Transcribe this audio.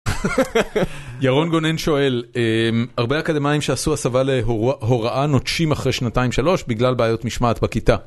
ירון גונן שואל, הרבה אקדמאים שעשו הסבא להוראה נוטשים אחרי שנתיים שלוש בגלל בעיות משמעת בכיתה.